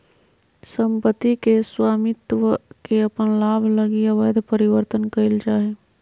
सम्पत्ति के स्वामित्व के अपन लाभ लगी अवैध परिवर्तन कइल जा हइ